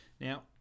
Now